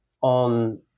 on